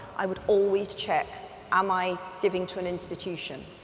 i would always check am i giving to an institution?